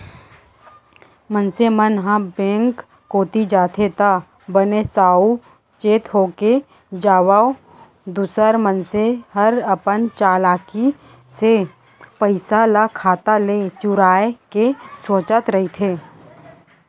मनसे मन ह बेंक कोती जाथे त बने साउ चेत होके जावय दूसर मनसे हर अपन चलाकी ले पइसा ल खाता ले चुराय के सोचत रहिथे